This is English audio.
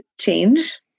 change